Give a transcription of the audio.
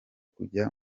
kujya